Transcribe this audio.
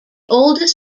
oldest